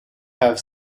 have